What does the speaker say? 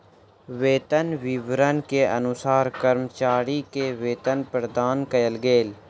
वेतन विवरण के अनुसार कर्मचारी के वेतन प्रदान कयल गेल